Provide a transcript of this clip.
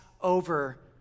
over